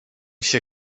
się